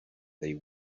they